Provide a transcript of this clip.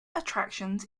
attractions